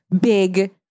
big